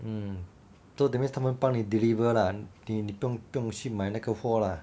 mm so that means 他们帮你 deliver lah 你不用去买那个货啦